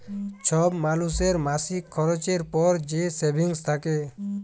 ছব মালুসের মাসিক খরচের পর যে সেভিংস থ্যাকে